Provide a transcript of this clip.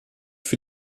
für